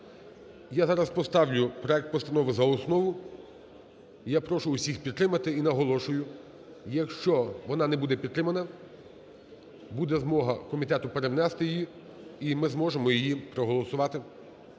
Я зараз поставлю проект постанови за основу і я прошу всіх підтримати, і наголошую, якщо вона не буде підтримана, буде змога комітету перенести її і ми зможемо її проголосувати